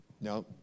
No